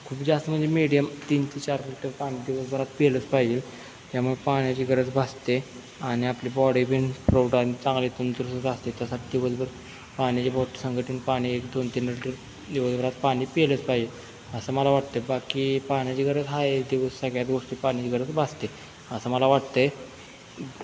खूप जास्त म्हणजे मीडियम तीन ते चार लीटर पाणी दिवसभरात पिलंच पाहिजे त्यामुळे पाण्याची गरज भासते आणि आपली बॉडीबीन चांगली तंदुरुस्त राहते त्यासाठी दिवसभर पाण्याची बॉटल संग ठेवून पाणी एक दोन तीन लिटर दिवसभरात पाणी पिलंच पाहिजे असं मला वाटतं आहे बाकी पाण्याची गरज आहे दिवस सगळ्यात गोष्टी पाण्याची गरज भासते असं मला वाटतं आहे